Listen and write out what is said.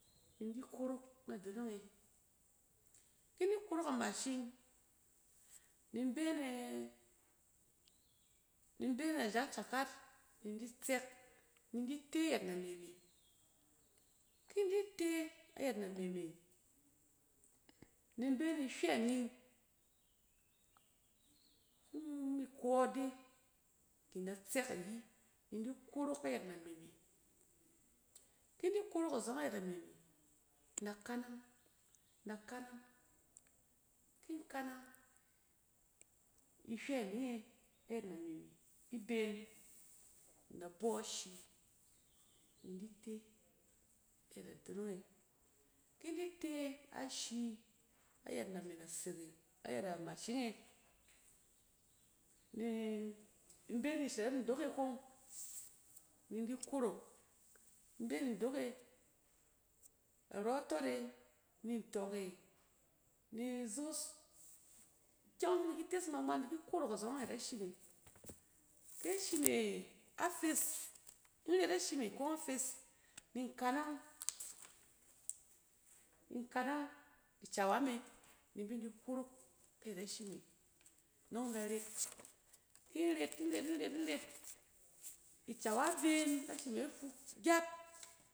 Indi korok adonong e. kin di korok a mashing, nin be nɛ-nin be nɛ jankakar ni in di tsɛk, ni indi te yɛt nama me. Kin di te ayɛt name me ni in be ni hywɛ ining nin kↄↄ ide ki in da tsɛk ayi ni in di korok ayɛt name me. Ki in di korok azↄng ayɛt name me, in da kanang, in da kanang kin kanang ihywɛ ining e ayɛt nama me iben na bↄ ashi in di ten a donong e. kin di te ashi ayɛt name nasang e, ayɛt amashing e ni in be ni shɛrɛp ndok e kong nin di korok. In be ni ndok e, arↄtↄt e ni ntↄk e, ni izos, ikyɛng ↄng fɛ ba di ki tes ngma-ngma in di ki korok azↄng ayɛt ashi me. Kɛ ashi me afes, nret ashi me kong a fes, ni in kanang, in kanang icawa me ni in bin di korok ayɛt ashi me nↄng in da ret. Ki in ret in ret, in ret-in ret, icawa ben ashi me fuk gyat.